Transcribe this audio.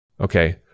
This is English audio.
okay